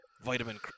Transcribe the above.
vitamin